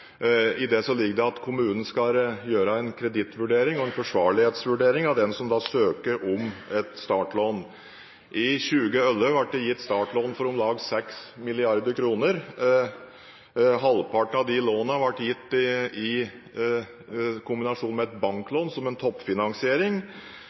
I det ligger det at kommunen skal gjøre en kredittvurdering og en forsvarlighetsvurdering av den som søker om et startlån. I 2011 ble det gitt startlån for om lag 6 mrd. kr. Halvparten av disse lånene ble gitt i kombinasjon med et